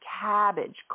cabbage